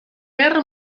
guerra